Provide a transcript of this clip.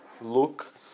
look